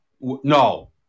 No